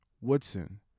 Woodson